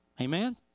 Amen